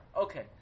Okay